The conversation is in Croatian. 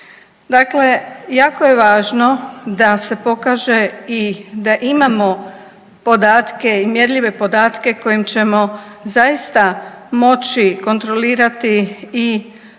Dakle, jako je važno da se pokaže i da imamo podatke i mjerljive podatke kojim ćemo zaista moći kontrolirati i vidjeti